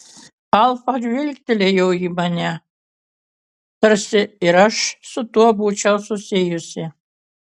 alfa žvilgtelėjo į mane tarsi ir aš su tuo būčiau susijusi